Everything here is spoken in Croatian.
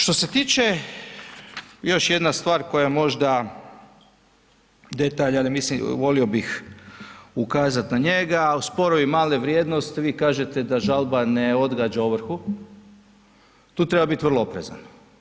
Što se tiče, još jedna stvar koja je možda detalj, ali mislim, volio bih ukazat na njega, sporovi male vrijednost, vi kažete da žalba ne odgađa ovrhu, tu treba bit vrlo oprezan.